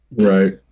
Right